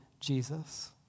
Jesus